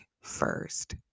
first